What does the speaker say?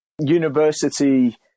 university